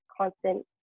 constant